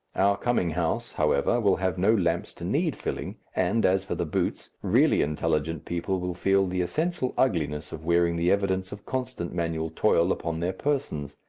our coming house, however, will have no lamps to need filling, and, as for the boots, really intelligent people will feel the essential ugliness of wearing the evidence of constant manual toil upon their persons.